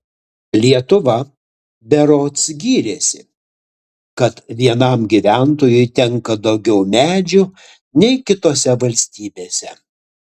lietuva berods gyrėsi kad vienam gyventojui tenka daugiau medžių nei kitose valstybėse